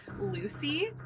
Lucy